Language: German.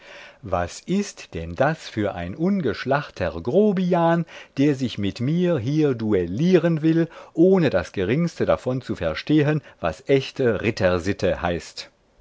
was ist denn das für ein ungeschlachter grobian der sich mit mir hier duellieren will ohne das geringste davon zu verstehen was echte rittersitte heißt